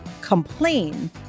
complain